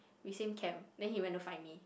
we same camp then he went to find me